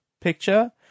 picture